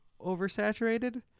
oversaturated